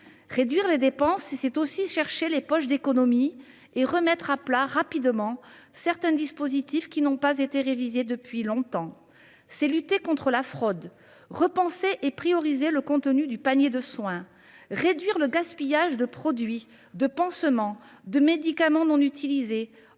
Réduire les dépenses, c’est aussi chercher les poches d’économies et remettre à plat rapidement certains dispositifs qui n’ont pas été révisés depuis longtemps. Réduire les dépenses, c’est encore lutter contre la fraude, repenser et prioriser le contenu du panier de soins, réduire le gaspillage de produits, de pansements, de médicaments non utilisés,